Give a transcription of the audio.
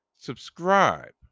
subscribe